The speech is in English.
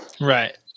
right